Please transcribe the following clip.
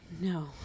No